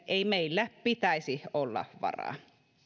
ei meillä pitäisi olla varaa